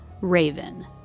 Raven